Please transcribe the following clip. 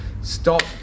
stop